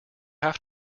have